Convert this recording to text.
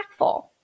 impactful